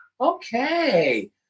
Okay